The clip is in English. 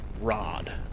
rod